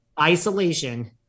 isolation